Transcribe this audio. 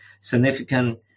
significant